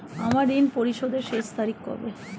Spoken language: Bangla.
আমার ঋণ পরিশোধের শেষ তারিখ কবে?